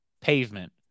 Pavement